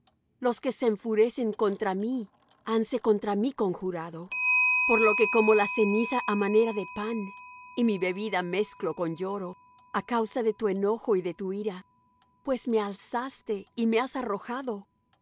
los que se enfurecen contra mí hanse contra mí conjurado por lo que como la ceniza á manera de pan y mi bebida mezclo con lloro a causa de tu enojo y de tu ira pues me alzaste y me has arrojado